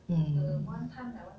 mm